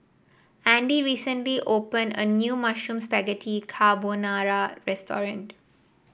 Andy recently opened a new Mushroom Spaghetti Carbonara Restaurant